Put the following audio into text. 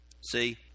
See